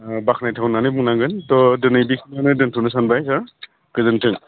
बाखनायथाव होननानै बुंनांगोन थ' दिनै बेखिनियावनो दोनथ'नो सानबाय गोजोन्थों